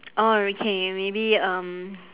oh okay K we can maybe um